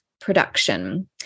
production